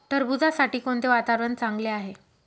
टरबूजासाठी कोणते वातावरण चांगले आहे?